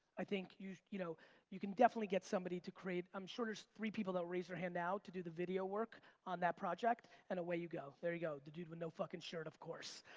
i think you you know you can definitely get somebody to create. i'm sure there's three people that'll raise there hand now to do the video work on that project, and away you go. there ya go. the dude with no fuckin' shirt of course.